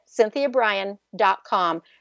cynthiabryan.com